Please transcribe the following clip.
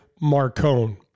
Marcone